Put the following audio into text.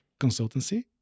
consultancy